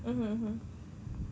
mm mmhmm